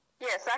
Yes